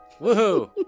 Woohoo